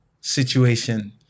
situation